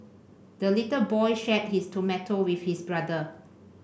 the little boy shared his tomato with his brother